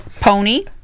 Pony